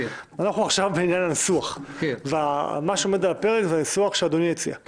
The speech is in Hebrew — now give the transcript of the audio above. עכשיו אנחנו בעניין הניסוח ומה שעומד על הפרק זה הניסוח שאדוני הציע.